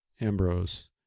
Ambrose